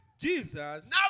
Jesus